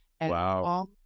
Wow